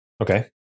Okay